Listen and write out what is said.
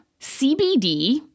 CBD